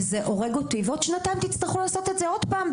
וזה הורג אותי ועוד שנתיים תצטרכו לעשות את זה עוד פעם,